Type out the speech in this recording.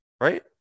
right